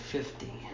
Fifty